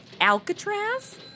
Alcatraz